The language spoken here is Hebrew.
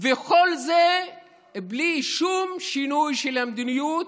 וכל זה בלי שום שינוי של המדיניות,